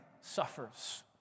suffers